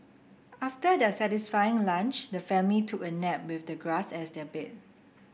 after their satisfying lunch the family took a nap with the grass as their bed